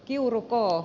kiuru kolo